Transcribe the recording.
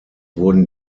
wurden